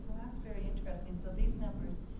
that's very interesting. so these numbers,